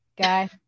guy